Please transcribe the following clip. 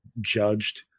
judged